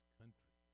country